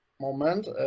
Moment